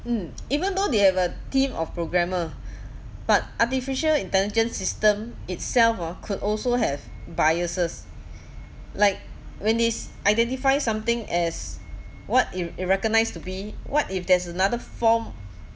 mm even though they have a team of programmer but artificial intelligence system itself ah could also have biases like when it's identify something as what it it recognised to be what if there's another form